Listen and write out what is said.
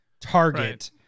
target